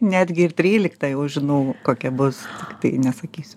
netgi ir trylikta jau žinau kokia bus tai nesakysiu